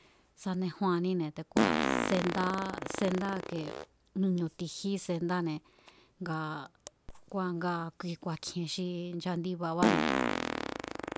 Sanejúanníne̱ te̱ku̱a̱ sendá sendá ke ni̱ñu̱ ti̱jí sendáne̱ nga kua̱ ngaa̱ kui ku̱a̱kji̱e̱n xi nchandibabáne̱.